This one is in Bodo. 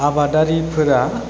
आबादारिफोरा